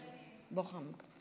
ניגשה אלי חברת הכנסת מיקי חיימוביץ',